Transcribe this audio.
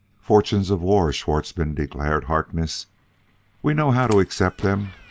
fortunes of war, schwartzmann, declared harkness we know how to accept them,